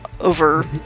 over